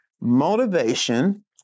Motivation